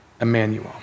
Emmanuel